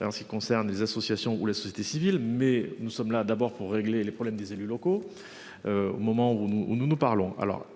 En ce qui concerne les associations ou la société civile mais nous sommes là d'abord pour régler les problèmes des élus locaux. Au moment où nous nous nous parlons.